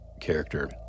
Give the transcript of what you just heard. character